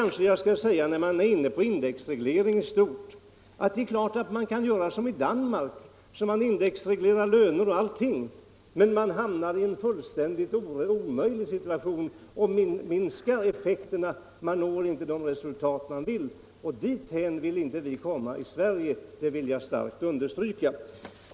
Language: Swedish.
När vi är inne på frågan om indexreglering i stort vill jag säga att man naturligtvis kan göra här som i Danmark och indexreglera löner och-allt annat, men då hamnar man i en fullständigt omöjlig situation och minskar i stället effekterna; man når inte de resultat man vill åstadkomma. Dithän vill vi inte komma i Sverige, det vill jag starkt understryka.